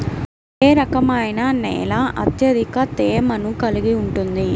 ఏ రకమైన నేల అత్యధిక తేమను కలిగి ఉంటుంది?